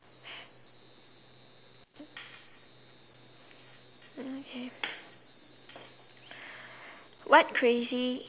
mm K what crazy